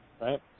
right